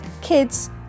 kids